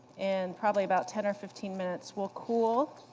and probably about ten or fifteen minutes will cool,